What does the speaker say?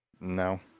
no